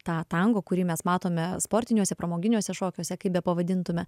tą tango kurį mes matome sportiniuose pramoginiuose šokiuose kaip bepavadintume